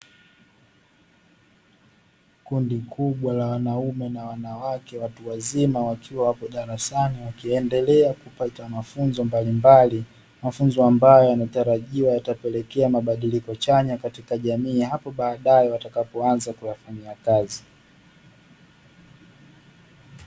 Kundi kubwa la wanaume na wanawake watu wazima wakiwa wapo darasani wakiendelea kupata mafunzo mbalimbali, mafunzo ambayo yanatarajiwa yatapelekea mabadiliko chanya katika jamii hapo baadae watakapoanza kuyafanyia kazi.